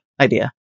idea